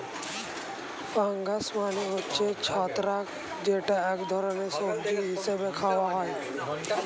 fungus মানে হচ্ছে ছত্রাক যেটা এক ধরনের সবজি হিসেবে খাওয়া হয়